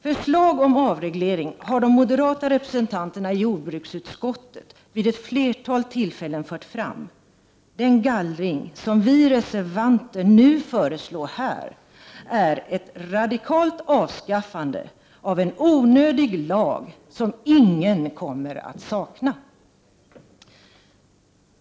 Förslag om avreglering har de moderata representanterna i jordbruksutskottet vid ett flertal tillfällen fört fram. Den gallring som vi reservanter nu föreslår här är ett radikalt avskaffande av en onödig lag som ingen kommer att sakna.